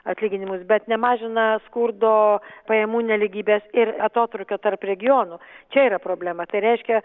atlyginimus bet nemažina skurdo pajamų nelygybės ir atotrūkio tarp regionų čia yra problema tai reiškia